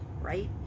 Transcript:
right